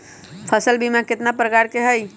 फसल बीमा कतना प्रकार के हई?